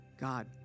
God